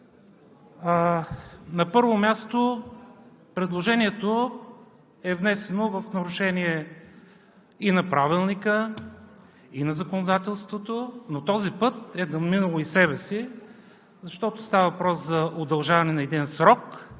На първо място, предложението е внесено в нарушение и на Правилника, и на законодателството, но този път е надминало и себе си, защото става въпрос за удължаване на един срок,